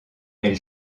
elle